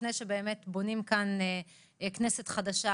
לפני שבונים כאן כנסת חדשה,